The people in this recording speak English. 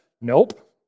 nope